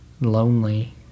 lonely